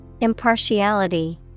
Impartiality